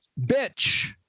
bitch